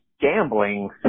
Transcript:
gambling